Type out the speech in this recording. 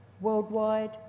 worldwide